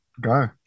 go